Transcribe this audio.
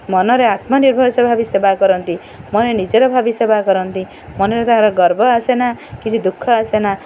ମନରେ ଆତ୍ମନିର୍ଭରଶୀଳ ଭାବି ସେବା କରନ୍ତି ମନରେ ନିଜର ଭାବି ସେବା କରନ୍ତି ମନରେ ତା'ର ଗର୍ବ ଆସେନା କିଛି ଦୁଃଖ ଆସେନା